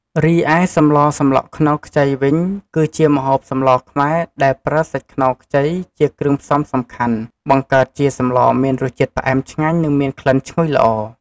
រីឯសម្លសម្លក់ខ្នុរខ្ចីវិញ គឺជាម្ហូបសម្លខ្មែរ ដែលប្រើសាច់ខ្នុរខ្ចី ជាគ្រឿងផ្សំសំខាន់ បង្កើតជាសម្លមានរសជាតិផ្អែមឆ្ងាញ់ និងមានក្លិនឈ្ងុយល្អ។